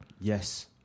yes